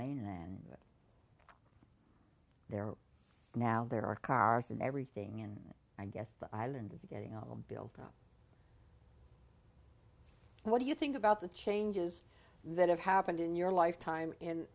mainland there now there are cars and everything and i guess the island is getting built up what do you think about the changes that have happened in your lifetime